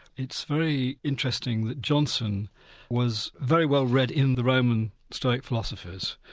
it's very interesting that johnson was very well read in the roman stoic philosophers.